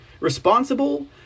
responsible